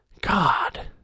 God